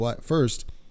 First